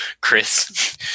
Chris